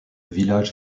village